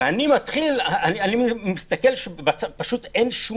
אני מסתכל ופשוט אין שום